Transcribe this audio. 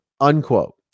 unquote